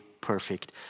perfect